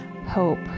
hope